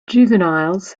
juveniles